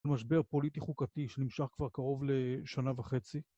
משבר פוליטי-חוקתי שנמשך כבר קרוב לשנה וחצי.